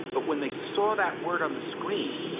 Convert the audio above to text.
but when they saw that word on the screen,